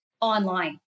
online